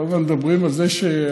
כל הזמן מדברים על זה שהזכרים,